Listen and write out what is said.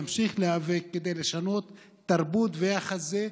נמשיך להיאבק כדי לשנות תרבות ויחס אלה,